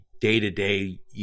day-to-day